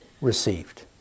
received